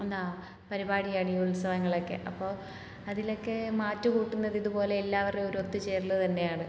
എന്താണ് പരിപാടിയാണ് ഈ ഉത്സവങ്ങളൊക്കെ അപ്പോൾ അതിലൊക്കെ മാറ്റ് കൂട്ടുന്നത് ഇതുപോലെ എല്ലാവരുടെയും ഒരൊത്തുചേരൽ തന്നെയാണ്